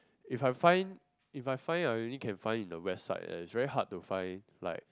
if I find if I find I only can find in the west side is very hard to find like